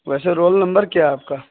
ویسے roll number کیا ہے آپ کا